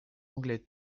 anglais